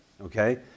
Okay